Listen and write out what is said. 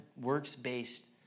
works-based